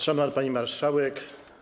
Szanowna Pani Marszałek!